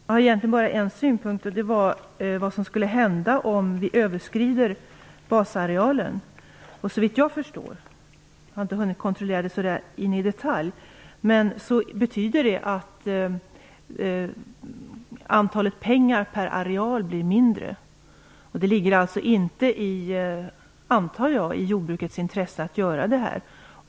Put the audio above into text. Fru talman! Jag har egentligen bara en synpunkt. Den gäller vad som skulle hända om vi överskrider basarealen. Såvitt jag förstår, jag har inte hunnit kontrollera det in i detalj, betyder det att antalet kronor per areal blir mindre. Jag antar att det inte ligger i jordbrukets intresse att göra detta.